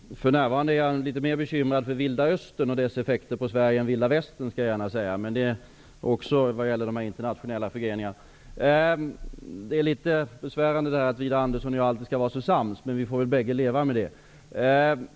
Herr talman! För närvarande är jag litet mer bekymrad för Vilda Östern och dess effekter på Sverige än för Vilda Västern. Men det gäller ju också de internationella förgreningarna. Det är litet besvärande att Widar Andersson och jag alltid skall vara så sams, men vi får väl bägge leva med det.